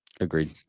agreed